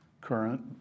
current